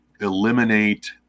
eliminate